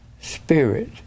Spirit